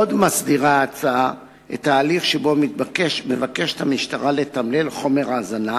עוד מוסדרים בהצעה ההליך שבו המשטרה מבקשת לתמלל חומר האזנה,